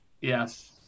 Yes